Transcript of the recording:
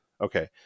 okay